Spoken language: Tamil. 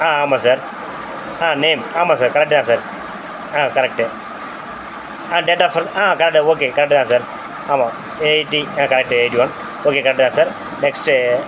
ஆ ஆமாம் சார் ஆ நேம் ஆமாம் சார் கரெக்ட்டு தான் சார் ஆ கரெக்ட்டு ஆ டேட் ஆஃப் சொல் ஆ கரெக்ட்டு ஓகே கரெக்ட்டு தான் சார் ஆமாம் எயிட்டி ஆ correct eighty one okay correct தான் சார் நெக்ஸ்ட்டு